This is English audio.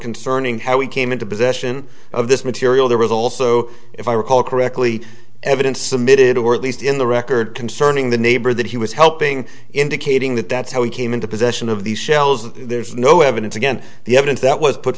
concerning how we came into possession of this material there was also if i recall correctly evidence submitted or at least in the record concerning the neighbor that he was helping indicating that that's how he came into possession of these shells and there's no evidence again the evidence that was put